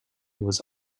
was